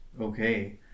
okay